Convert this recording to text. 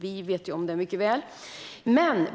Vi här inne vet dock om det mycket väl.